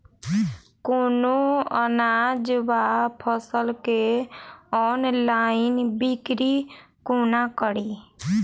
कोनों अनाज वा फसल केँ ऑनलाइन बिक्री कोना कड़ी?